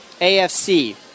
AFC